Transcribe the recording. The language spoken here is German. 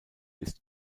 ist